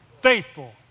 Faithful